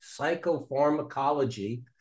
Psychopharmacology